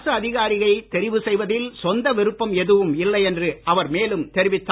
அரசு அதிகாரியை தெரிவு செய்வதில் சொந்த விருப்பம் எதுவும் இல்லை என்று அவர் மேலும் தெரிவித்துள்ளார்